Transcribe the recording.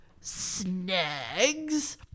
snags